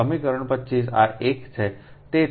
તેથી સમીકરણ 25 આ એક છે